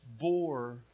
bore